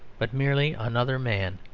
but merely another man?